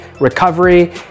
recovery